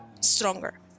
stronger